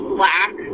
black